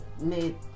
made